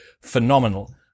phenomenal